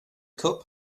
cup